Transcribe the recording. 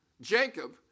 Jacob